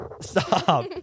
Stop